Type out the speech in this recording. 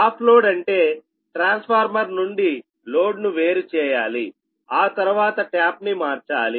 of load అంటే transformer నుండి load ను వేరు చేయాలి ఆ తర్వాత ట్యాప్ ను మార్చాలి